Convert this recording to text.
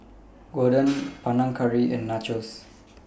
Gyudon Panang Curry and Nachos